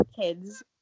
kids